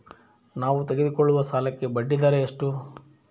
ನಾವು ತೆಗೆದುಕೊಳ್ಳುವ ಸಾಲಕ್ಕೆ ಬಡ್ಡಿದರ ಎಷ್ಟು?